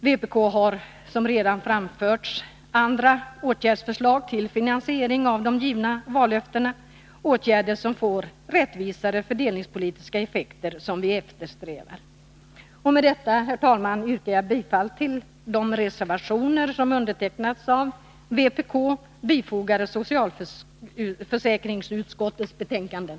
Vpk har, som redan framhållits, förslag till andra åtgärder för finansiering av de givna vallöftena, åtgärder som får rättvisare fördelningspolitiska effekter, vilket vi eftersträvar. Med detta, herr talman, yrkar jag bifall till de reservationer som undertecknats av vpk och som fogats till socialförsäkringsutskottets betänkanden.